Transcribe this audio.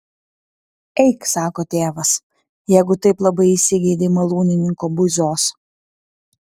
eik sako tėvas jeigu taip labai įsigeidei malūnininko buizos